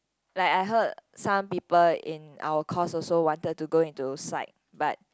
like I heard some people in our course also wanted to go into psych but